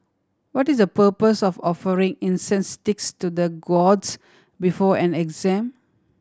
what is the purpose of offering incense sticks to the gods before an exam